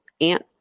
aunt